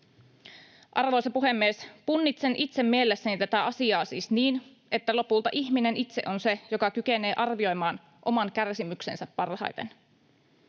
Arvoisa puhemies! Punnitsen itse mielessäni tätä asiaa siis niin, että lopulta ihminen itse on se, joka kykenee arvioimaan oman kärsimyksensä parhaiten.